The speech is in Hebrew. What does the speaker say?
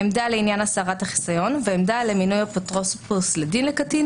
עמדה לעניין הסרת החיסיון ועמדה למינוי אפוטרופוס לדין לקטין,